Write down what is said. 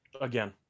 Again